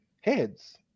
heads